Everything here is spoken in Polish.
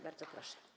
Bardzo proszę.